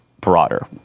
Broader